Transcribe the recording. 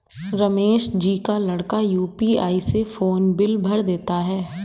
रमेश जी का लड़का यू.पी.आई से फोन बिल भर देता है